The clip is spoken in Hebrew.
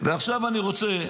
ועכשיו אני רוצה,